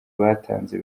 batanze